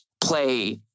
play